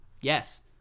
Yes